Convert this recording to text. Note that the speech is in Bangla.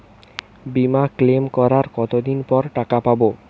বিমা ক্লেম করার কতদিন পর টাকা পাব?